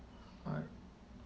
right